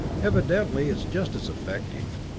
evidently, it's just as effective.